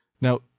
Now